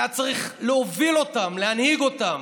היה צריך להוביל אותם, להנהיג אותם.